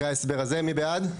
אחרי ההסבר הזה, מי בעד?